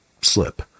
slip